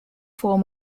form